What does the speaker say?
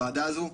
לוועדה הזו,